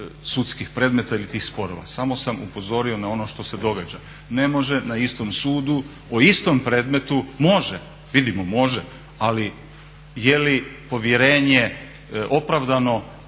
sudskih predmeta ili tih sporova. Samo sam upozorio na ono što se događa. Ne može na istom sudu o istom predmetu, može, vidimo može, ali je li povjerenje opravdano